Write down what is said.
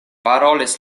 parolis